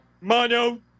Mono